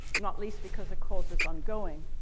not least because the cause is ongoing.